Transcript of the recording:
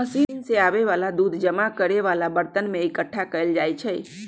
machine से आबे वाला दूध जमा करे वाला बरतन में एकट्ठा कएल जाई छई